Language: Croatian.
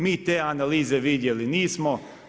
Mi te analize vidjeli nismo.